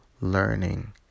learning